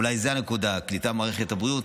אולי זאת הנקודה, הקליטה במערכת הבריאות.